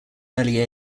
early